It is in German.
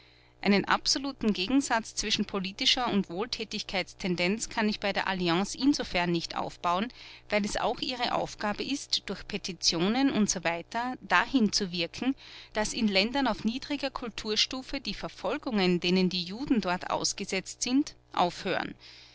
einen absoluten gegensatz zwischen politischer und wohltätigkeitstendenz kann ich bei der alliance insofern nicht aufbauen weil es auch ihre aufgabe ist durch petitionen usw dahin zu wirken daß in ländern auf niedriger kulturstufe die verfolgungen denen die juden dort ausgesetzt sind aufhören